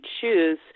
choose